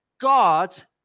God